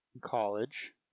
college